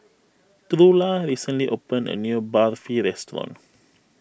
Trula recently opened a new Barfi restaurant